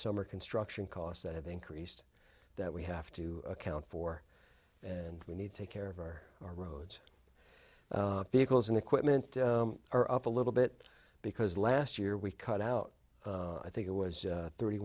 summer construction costs that have increased that we have to account for and we need to take care of our our roads vehicles and equipment are up a little bit because last year we cut out i think it was thirty